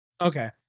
Okay